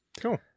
Cool